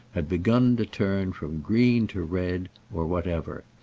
had begun to turn from green to red, or whatever,